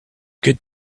good